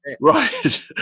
Right